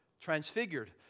transfigured